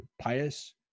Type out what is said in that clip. pious